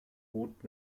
rot